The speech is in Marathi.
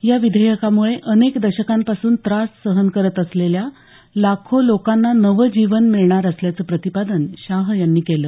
या विधेयकामुळे अनेक दशकांपासून त्रास सहन करत असलेल्या लाखो लोकांना नवं जीवन मिळणार असल्याचं प्रतिपादन शाह यांनी केलं